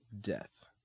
Death